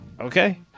okay